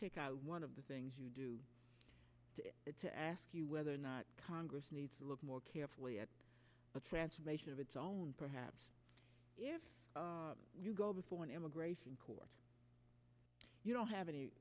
pick out one of the things you do to ask you whether or not congress needs to look more carefully at the transformation of its own perhaps if you go before an immigration court you don't have any